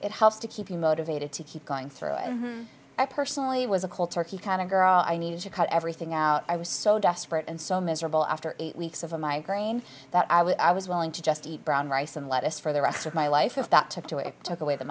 it helps to keep you motivated to keep going through and i personally was a cold turkey kind of girl i needed to cut everything out i was so desperate and so miserable after eight weeks of a migraine that i was i was willing to just eat brown rice and lettuce for the rest of my life